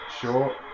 Sure